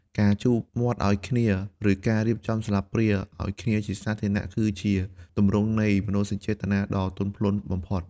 ការជូតមាត់ឱ្យគ្នា ឬការរៀបចំស្លាបព្រាឱ្យគ្នាជាសាធារណៈ គឺជាទម្រង់នៃមនោសញ្ចេតនាដ៏ទន់ភ្លន់បំផុត។